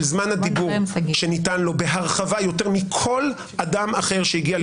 זמן הדיבור שניתן לו בהרחבה יותר מכל אדם אחר שהגיע לכאן.